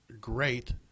great